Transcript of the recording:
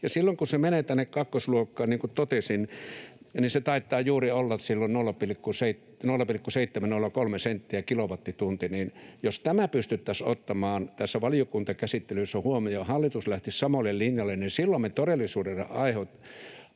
Silloin kun se menee tänne kakkosluokkaan, niin kuin totesin, niin se taitaa juuri olla silloin 0,703 senttiä kilowattitunnilta. Jos tämä pystyttäisiin ottamaan tässä valiokuntakäsittelyssä huomioon ja hallitus lähtisi samalle linjalle, niin silloin me todellisuudessa autettaisiin